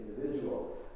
individual